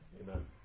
Amen